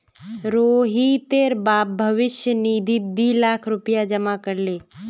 रोहितेर बाप भविष्य निधित दी लाख रुपया जमा कर ले